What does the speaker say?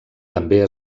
també